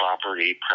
property